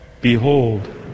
Behold